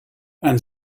and